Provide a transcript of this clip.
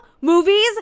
movies